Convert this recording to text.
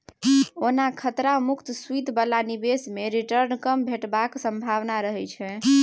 ओना खतरा मुक्त सुदि बला निबेश मे रिटर्न कम भेटबाक संभाबना रहय छै